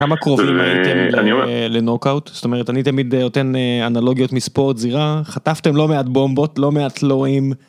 כמה קרובים הייתם לנוקאוט? זאת אומרת אני תמיד אתן אנלוגיות מספורט זירה. חטפתם לא מעט בומבות לא מעט לואים